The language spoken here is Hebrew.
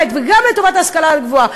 וגם לטובת ההשכלה הגבוהה.